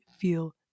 feel